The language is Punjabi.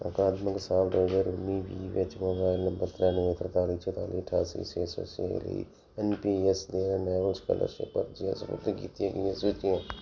ਅਕਾਦਮਿਕ ਸਾਲ ਦੋ ਹਜ਼ਾਰ ਉਨੀ ਵੀਹ ਵਿੱਚ ਮੋਬਾਈਲ ਨੰਬਰ ਤਰਿਆਨਵੇਂ ਤਰਤਾਲੀ ਚੁਤਾਲੀ ਅਠਾਸੀ ਛੇ ਸੌ ਛੇ ਲਈ ਐਨ ਪੀ ਐਸ ਦੀਆਂ ਰਿਨਿਵੇਲ ਸਕਾਲਰਸ਼ਿਪ ਅਰਜ਼ੀਆਂ ਸਪੁਰਦ ਕੀਤੀਆਂ ਗਈਆਂ ਸੂਚੀਆਂ